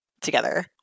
together